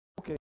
Okay